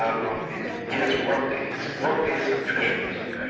um world peace. yes, world peace world peace and fish music,